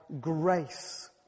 grace